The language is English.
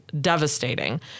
devastating